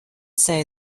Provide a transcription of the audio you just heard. say